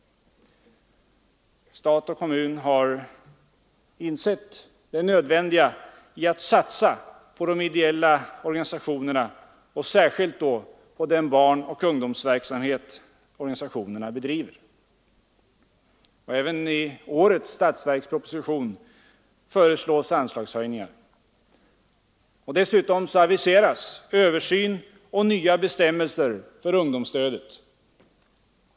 Stat och kommun har insett det nödvändiga i att satsa på de ideella organisationerna och särskilt då på den barnoch ungdomsverksamhet som organisationerna bedriver. Även i årets statsverksproposition föreslås anslagshöjningar. Dessutom aviseras översyn av och nya bestämmelser för ungdomsstödet.